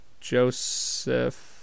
Joseph